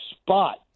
spot